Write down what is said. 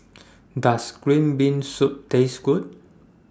Does Green Bean Soup Taste Good